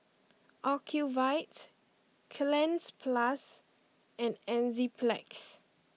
Ocuvite Cleanz plus and Enzyplex